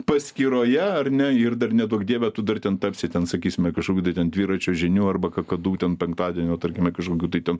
paskyroje ar ne ir dar neduok dieve tu dar ten tapsi ten sakysime kažkokio tai ten dviračio žinių arba kakadu ten penktadienio tarkime kažkokių tai ten